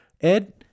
Ed